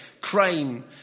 crime